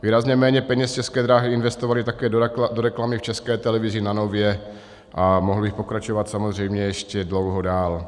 Výrazně méně peněz České dráhy investovaly tak do reklamy v České televizi na Nově a mohl bych pokračovat samozřejmě ještě dlouho dál.